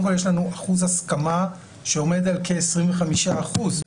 כל יש לנו אחוז הסכמה שעומד על כ-25 אחוזים.